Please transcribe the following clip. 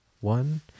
one